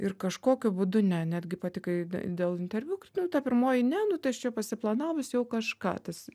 ir kažkokiu būdu ne netgi pati kai dėl interviu kaip nu ta pirmoji ne nu tai aš čia jau pasiplanavus jau kažką tas